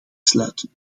sluiten